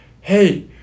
hey